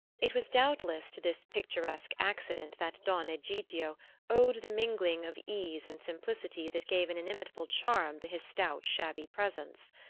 it was doubtless to this picturesque accident that don egidio owed the mingling of ease and simplicity that gave an inimitable charm to his stout shabby presence.